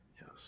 yes